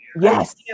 Yes